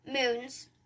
moons